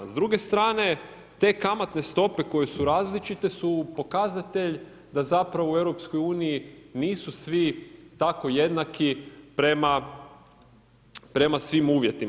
S druge strane te kamatne stope koje su različite su pokazatelj da zapravo u EU-u nisu svi tako jednaki prema svim uvjetima.